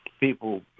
people